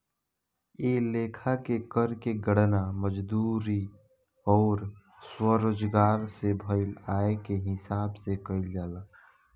ए लेखा के कर के गणना मजदूरी अउर स्वरोजगार से भईल आय के हिसाब से कईल जाला